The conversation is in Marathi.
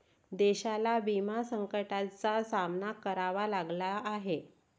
देशाला विमा संकटाचा सामना करावा लागला आहे